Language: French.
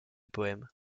poèmes